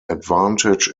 advantage